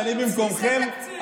שאני במקומכם,